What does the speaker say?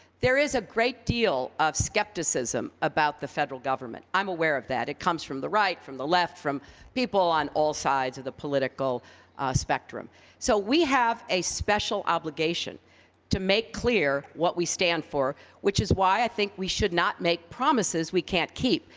there is a great deal of skepticism about the federal government. i'm aware of that. it comes from the right, from the left, from people on all sides of the political spectrum. clinton so we have a special obligation to make clear what we stand for, which is why i think we should not make promises we can't keep,